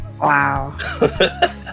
Wow